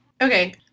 Okay